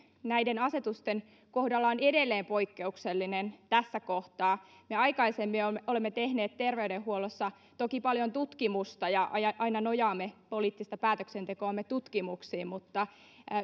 näiden asetusten kohdalla on edelleen poikkeuksellinen tässä kohtaa me aikaisemmin olemme tehneet terveydenhuollossa toki paljon tutkimusta ja aina nojaamme poliittista päätöksentekoamme tutkimuksiin mutta